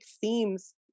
themes